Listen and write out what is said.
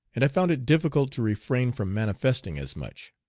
and i found it difficult to retrain from manifesting as much.